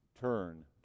turn